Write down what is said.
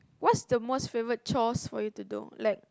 what's the most favourite chores for you to do like